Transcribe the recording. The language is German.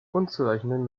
unzureichenden